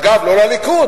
אגב, לא לליכוד.